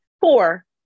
four